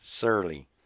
Surly